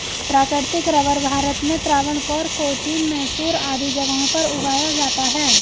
प्राकृतिक रबर भारत में त्रावणकोर, कोचीन, मैसूर आदि जगहों पर उगाया जाता है